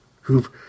who've